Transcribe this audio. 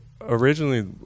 originally